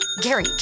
Gary